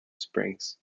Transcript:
springs